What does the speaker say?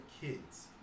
kids